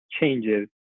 changes